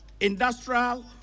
Industrial